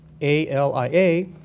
ALIA